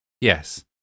Yes